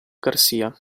garcia